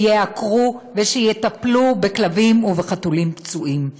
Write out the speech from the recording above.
שיעקרו ושיטפלו בכלבים ובחתולים פצועים.